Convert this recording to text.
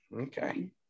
Okay